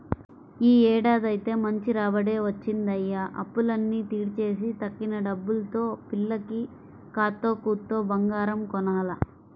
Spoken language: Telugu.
యీ ఏడాదైతే మంచి రాబడే వచ్చిందయ్య, అప్పులన్నీ తీర్చేసి తక్కిన డబ్బుల్తో పిల్లకి కాత్తో కూత్తో బంగారం కొనాల